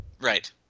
Right